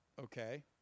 Okay